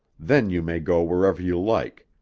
then you may go wherever you like.